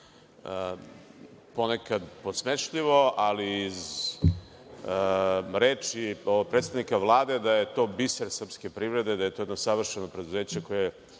ponekad podsmešljivo, ali iz reči predsednika Vlade da je to biser srpske privrede, da je to jedno savršeno preduzeće koje